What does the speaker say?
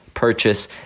Purchase